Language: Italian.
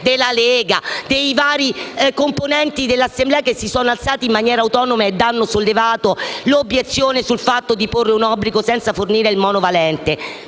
della Lega e dei vari componenti dell'Assemblea, che in maniera autonoma hanno sollevato l'obiezione sul fatto di porre un obbligo senza fornire il vaccino monovalente